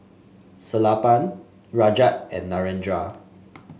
Sellapan Rajat and Narendra